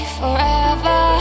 forever